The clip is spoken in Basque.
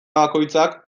bakoitzak